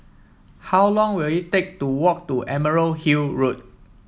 how long will it take to walk to Emerald Hill Road